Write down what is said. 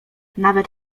nawet